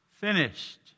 finished